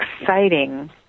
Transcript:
exciting